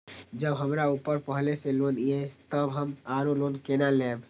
जब हमरा ऊपर पहले से लोन ये तब हम आरो लोन केना लैब?